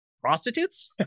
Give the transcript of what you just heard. prostitutes